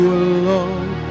alone